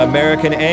American